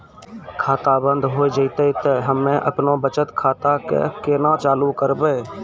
खाता बंद हो जैतै तऽ हम्मे आपनौ बचत खाता कऽ केना चालू करवै?